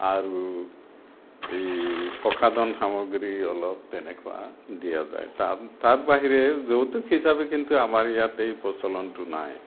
আৰু এই প্ৰসাধন সামগ্ৰী অলপ তেনেকুৱা দিয়া যায় তাৰ তাৰ বাহিৰে যৌতুক হিচাপে কিন্তু আমাৰ ইয়াত এই প্ৰচলনটো নাই